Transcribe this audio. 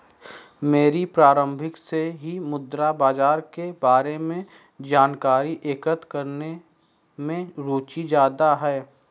मेरी प्रारम्भ से ही मुद्रा बाजार के बारे में जानकारी एकत्र करने में रुचि ज्यादा है